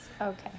Okay